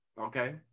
Okay